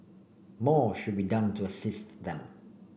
more should be done to assist them